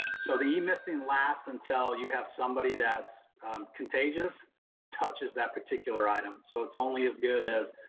so the emisting lasts until you have somebody that's contagious touches that particular item. so it's only as good as,